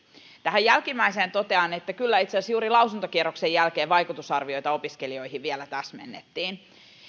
tähän jälkimmäiseen totean että kyllä itse asiassa juuri lausuntokierroksen jälkeen vaikutusarvioita opiskelijoihin vielä täsmennettiin